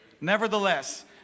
Nevertheless